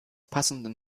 passenden